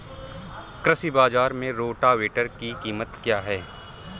कृषि बाजार में रोटावेटर की कीमत क्या है?